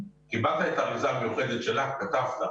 קיבלת את האריזה המיוחדת שלה, קטפת.